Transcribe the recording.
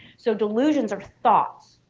so delusions are thoughts,